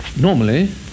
normally